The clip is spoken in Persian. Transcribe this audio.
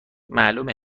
معلومه